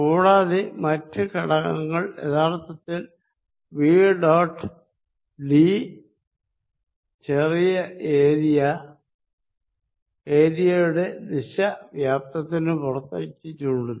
കൂടാതെ മറ്റു ഘടകങ്ങൾ യഥാർത്ഥത്തിൽ V ഡോട്ട് dചെറിയ ഏരിയ ഏരിയ യുടെ ദിശ വോളിയമിന് പുറത്തേക്ക് ചൂണ്ടുന്നു